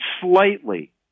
slightly